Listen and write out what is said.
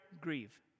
grieve